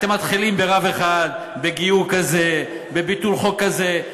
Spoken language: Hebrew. אתם מתחילים ברב אחד, בגיור כזה, בביטול חוק כזה.